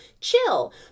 chill